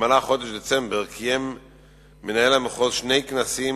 במועצה האזורית אבו-בסמה פועלים 132 גני-ילדים.